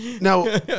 now